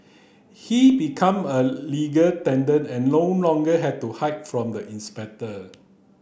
he become a legal tenant and no longer had to hide from the inspector